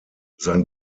sein